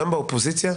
גם באופוזיציה,